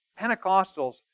Pentecostals